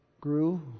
grew